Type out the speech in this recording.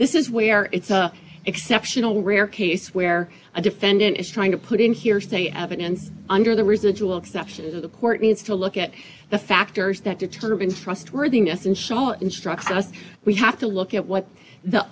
this is where it's an exceptional rare case where a defendant is trying to put in hearsay evidence under the residual exceptions of the court needs to look at the factors that determine trustworthiness and so instruct us we have to look at what the